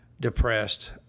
depressed